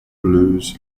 blues